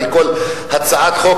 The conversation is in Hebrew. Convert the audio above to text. הרי כל הצעת חוק,